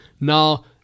Now